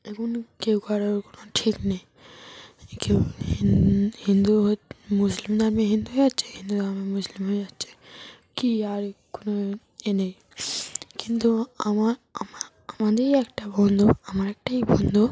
এখন কেউ কারোর কোনো ঠিক নেই কেউ হিন হিন্দু মুসলিম ধর্মে হিন্দু হয়ে যাচ্ছে হিন্দু ধর্মে মুসলিম হয়ে যাচ্ছে কী আর কোনো এ নেই কিন্তু আমার আম আমাদেরই একটা বন্ধু আমার একটাই বন্ধু